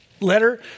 letter